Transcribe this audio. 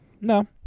No